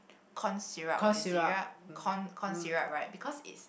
corn syrup ah syrup corn corn syrup right because it's